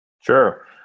sure